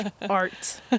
Art